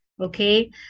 Okay